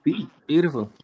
Beautiful